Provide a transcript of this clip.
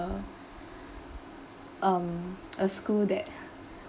uh um a school that